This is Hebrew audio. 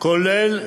לא,